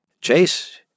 Chase